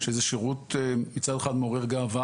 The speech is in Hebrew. שזה שירות שהוא מצד אחד מעורר גאווה